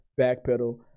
backpedal